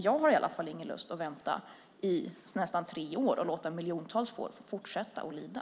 Jag har i alla fall inte lust att vänta i nästan tre år och låta miljontals får fortsätta lida.